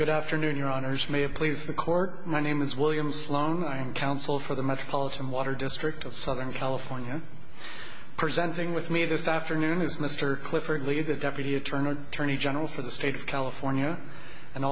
good afternoon your honors may have please the court my name is william sloan my counsel for the metropolitan water district of southern california presenting with me this afternoon as mr clifford lead the deputy attorney general for the state of california and